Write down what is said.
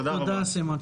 תודה, סימון.